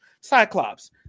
Cyclops